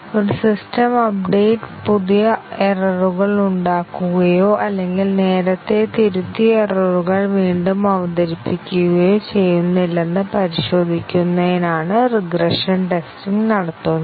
ഒരു system update പുതിയ എററുകൾ ഉണ്ടാക്കുകയോ അല്ലെങ്കിൽ നേരത്തെ തിരുത്തിയ എററുകൾ വീണ്ടും അവതരിപ്പിക്കുകയോ ചെയ്യുന്നില്ലെന്ന് പരിശോധിക്കുന്നതിനാണ് റിഗ്രഷൻ ടെസ്റ്റിംഗ് നടത്തുന്നത്